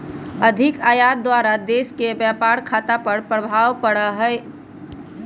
अधिक आयात द्वारा देश के व्यापार खता पर खराप प्रभाव पड़इ छइ